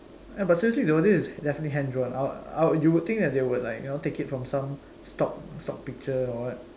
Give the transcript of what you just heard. but seriously though this is definitely hand-drawn I I you would think that they would like take it from some stock stock picture or what